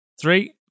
three